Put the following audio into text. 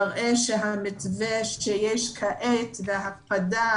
מראה שהמתווה שקיים כרגע והקפדה